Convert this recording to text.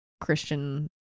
christian